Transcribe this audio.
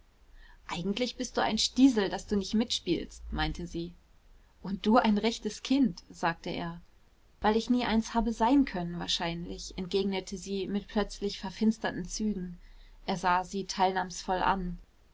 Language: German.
eigentlich bist du ein stiesel daß du nicht mitspielst meinte sie und du ein rechtes kind sagte er weil ich nie eins habe sein können wahrscheinlich entgegnete sie mit plötzlich verfinsterten zügen er sah sie teilnahmsvoll an